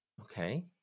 Okay